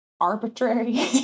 arbitrary